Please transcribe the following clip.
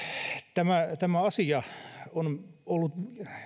tämä tämä asia on ollut